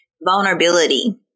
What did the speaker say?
Vulnerability